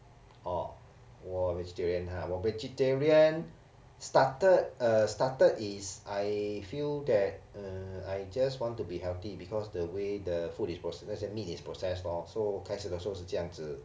orh 我 vegetarian ha 我 vegetarian started uh started is I feel that uh I just want to be healthy because the way the food is pro~ let's say meat is processed lor so 开始的时候是这样子